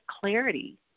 clarity